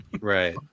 Right